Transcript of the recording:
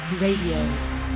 Radio